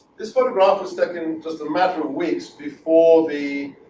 this photograph was taken just a matter of weeks before the